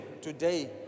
Today